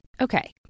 Okay